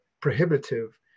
prohibitive